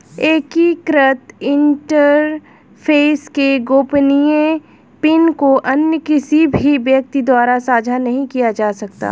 एकीकृत इंटरफ़ेस के गोपनीय पिन को अन्य किसी भी व्यक्ति द्वारा साझा नहीं किया जा सकता